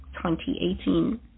2018